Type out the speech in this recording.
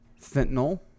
Fentanyl